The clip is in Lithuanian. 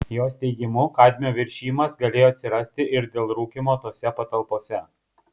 jos teigimu kadmio viršijimas galėjo atsirasti ir dėl rūkymo tose patalpose